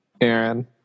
Aaron